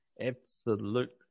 absolute